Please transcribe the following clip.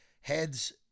heads